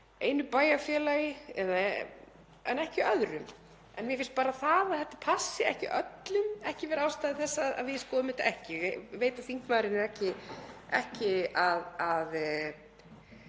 einu bæjarfélagi en ekki í öðru. En mér finnst bara það að þetta passi ekki öllum ekki vera ástæða til þess að við skoðum þetta ekki. Ég veit að þingmaðurinn er ekki að